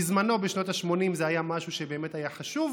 בזמנו, בשנות ה-80, זה היה משהו שבאמת היה חשוב,